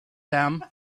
them